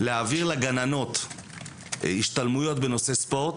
להעביר לגננות השתלמויות בנושא ספורט,